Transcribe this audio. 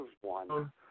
one